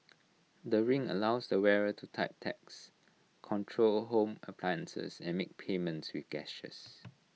the ring allows the wearer to type texts control home appliances and make payments with gestures